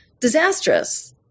disastrous